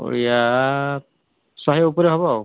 ଶହେ ଉପରେ ହେବ ଆଉ